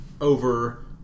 over